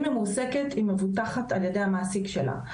היא מבוטחת על ידי המעסיק שלה.